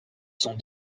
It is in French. sont